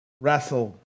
wrestled